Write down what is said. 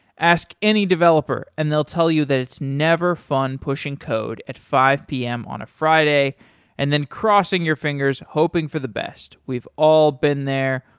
ask any developer and they'll tell you that it's never fun pushing code at five p m. on a friday and then crossing your fingers hoping for the best. we've all been there.